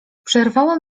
przerwałem